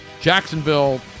jacksonville